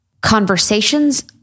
conversations